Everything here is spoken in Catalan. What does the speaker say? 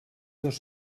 dos